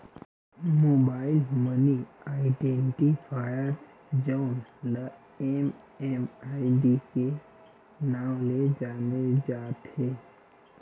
mobile money identifier जउन ल MMID के नांव ले जाने जाथे